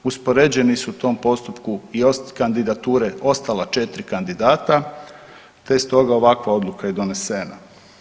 Uspoređeni su u tom postupku i kandidature ostala četiri kandidata te je stoga ovakva odluka i donesena.